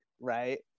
right